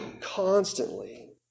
constantly